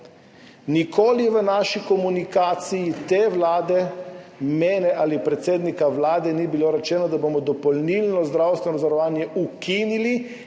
Nikoli v naši komunikaciji, te vlade, mene ali predsednika Vlade, ni bilo rečeno, da bomo dopolnilno zdravstveno zavarovanje ukinili